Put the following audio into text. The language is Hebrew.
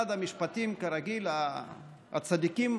משרד המשפטים, כרגיל, הצדיקים,